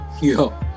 Yo